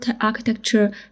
architecture